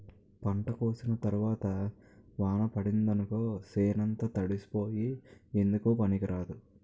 పంట కోసిన తరవాత వాన పడిందనుకో సేనంతా తడిసిపోయి ఎందుకూ పనికిరాదు